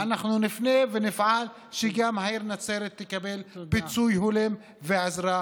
אנחנו נפנה ונפעל שגם העיר נצרת תקבל פיצוי הולם ועזרה.